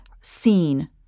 seen